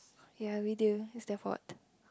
ya video it's their fault